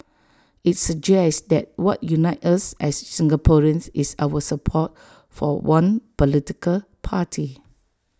IT suggests that what unites us as Singaporeans is our support for one political party